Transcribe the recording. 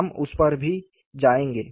हम उस पर भी जाएंगे